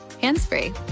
hands-free